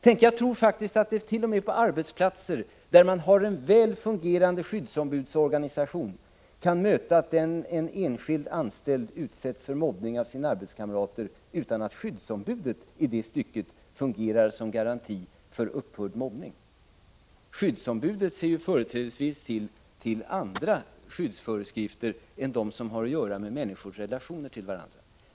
Tänk, jag tror faktiskt att det t.o.m. på arbetsplatser där man har en väl fungerande skyddsombudsorganisation kan förekomma att en enskild anställd utsätts för mobbning av sina arbetskamrater, utan att skyddsombudet i det stycket fungerar som garanti mot mobbning. Skyddsombudet ser företrädesvis på andra skyddsföreskrifter än dem som har att göra med människors relationer till varandra.